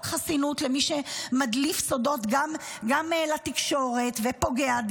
חסינות למי שמדליף סודות גם לתקשורת ופוגע,